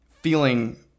feeling